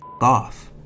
off